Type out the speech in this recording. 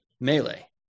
Melee